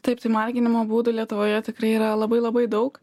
taip tai marginimo būdų lietuvoje tikrai yra labai labai daug